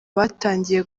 batangiye